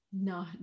no